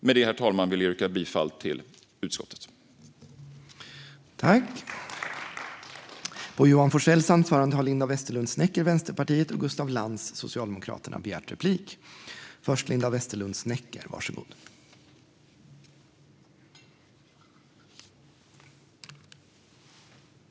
Med detta, herr talman, vill jag yrka bifall till utskottets förslag.